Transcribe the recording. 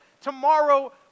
tomorrow